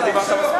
לא דיברת מספיק?